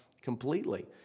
completely